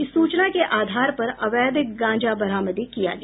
इस सूचना के आधार पर अवैध गांजा बरामद किया गया